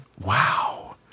Wow